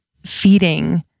feeding